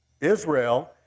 Israel